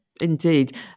Indeed